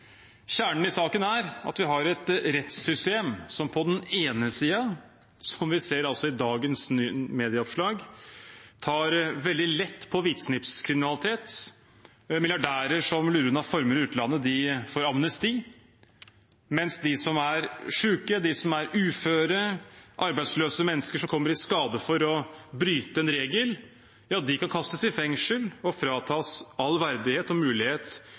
Kjernen i saken er at vi har et rettssystem som på den ene siden, som vi ser i dagens medieoppslag, tar veldig lett på hvitsnippskriminalitet, at milliardærer som lurer unna formuer i utlandet, får amnesti, mens de som er syke, de som er uføre, arbeidsløse mennesker som kommer i skade for å bryte en regel, ja, de kan kastes i fengsel og fratas all verdighet og mulighet